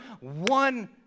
one